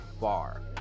bar